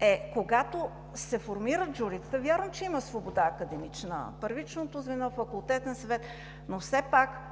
е: когато се формират журитата – вярно е, че има свобода академична, първичното звено, Факултетен съвет, но все пак